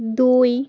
দুই